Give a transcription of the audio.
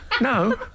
no